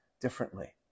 differently